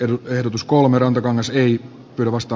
ön ehdotus kolme rantakangas ei perustu